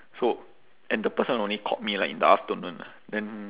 so and the person only called me like in the afternoon ah then